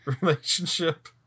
relationship